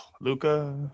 Luca